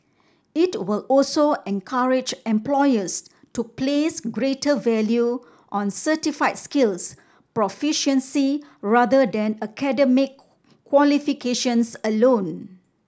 it will also encourage employers to place greater value on certified skills proficiency rather than academic qualifications alone